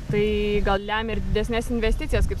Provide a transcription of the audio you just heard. tai gal lemia ir didesnes investicijas kaip